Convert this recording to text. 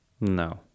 No